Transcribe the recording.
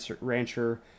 rancher